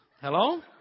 Hello